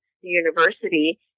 university